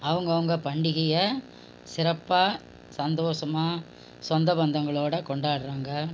அவங்கவுங்க பண்டிகையை சிறப்பாக சந்தோசமாக சொந்தபந்தங்களோட கொண்டாடுறாங்க